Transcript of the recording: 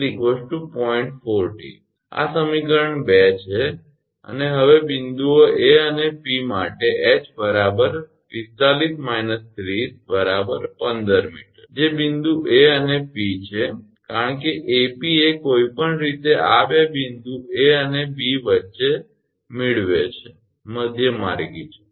40 આ સમીકરણ 2 છે અને હવે બિંદુઓ 𝐴 અને 𝑃 માટે ℎ 45−30 15 𝑚 જે બિંદુ 𝐴 અને 𝑃 છે કારણ કે 𝐴𝑃 એ કોઈપણ રીતે આ બે બિંદુ 𝐴 અને 𝐵 વચ્ચે મધ્યમાર્ગી છે